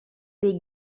dei